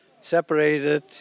separated